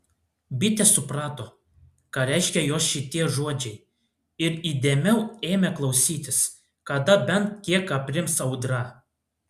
bitė suprato ką reiškia jos šitie žodžiai ir įdėmiau ėmė klausytis kada bent kiek aprims audra